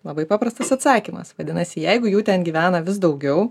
labai paprastas atsakymas vadinasi jeigu jų ten gyvena vis daugiau